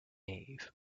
nave